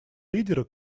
лидеры